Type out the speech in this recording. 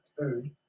food